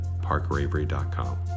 parkravery.com